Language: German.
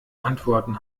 antworten